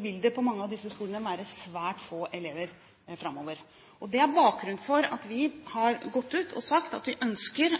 vil det på mange av disse skolene være svært få elever framover. Det er bakgrunnen for at vi har gått ut og sagt at vi ønsker